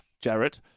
Jared